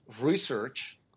research